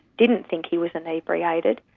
didn't think he was inebriated.